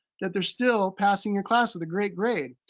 that they're still passing your class with a great grade.